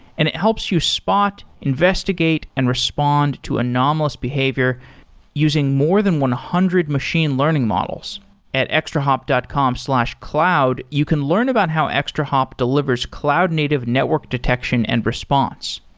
and it helps you spot, investigate and respond to anomalous behavior using more than one hundred machine learning models at extrahop dot com slash cloud, you can learn about how extrahop delivers cloud native network detection and response.